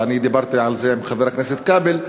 ואני דיברתי על זה עם חבר הכנסת כבל,